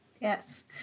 yes